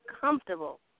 comfortable